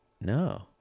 No